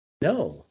No